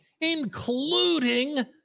including